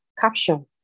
Caption